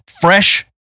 fresh